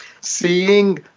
seeing